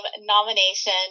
nomination